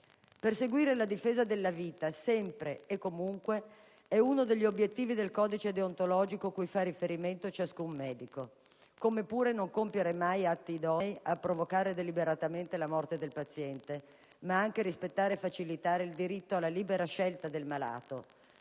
Perseguire la difesa della vita, sempre e comunque, è uno degli obiettivi del codice deontologico cui fa riferimento ciascun medico, come pure non compiere mai atti idonei a provocare deliberatamente la morte del paziente, ma anche rispettare e facilitare il diritto alla libera scelta del malato,